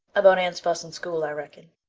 about anne's fuss in school, i reckon,